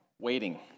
waiting